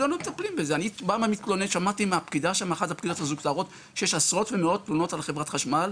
אני בא ומתלונן שמעתי מפקידה אחת שיש מאות תלונות על חברת חשמל,